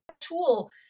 tool